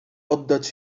oddać